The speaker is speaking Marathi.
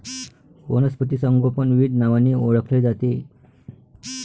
वनस्पती संगोपन विविध नावांनी ओळखले जाते